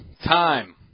Time